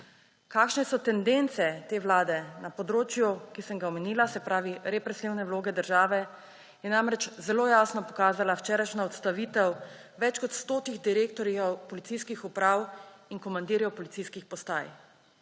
Kakšne so tendence te vlade na področju, ki sem ga omenila, se pravi reprezentativne vloge države, je namreč zelo jasno pokazala včerajšnja odstavitev več kot 100 direktorjev policijskih uprav in komandirjev policijskih postaj.